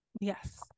Yes